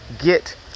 get